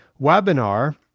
webinar